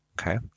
Okay